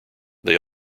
they